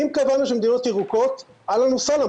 אם קבענו שמדינות ירוקות אהלן וסהלן,